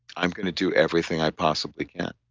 i'm going to do everything i possibly can.